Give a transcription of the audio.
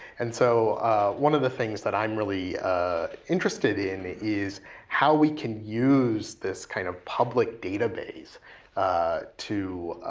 and so one of the things that i'm really interested in is how we can use this kind of public database to